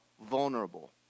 vulnerable